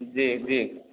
जी जी